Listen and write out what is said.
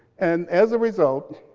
and as a result,